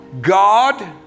God